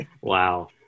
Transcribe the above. Wow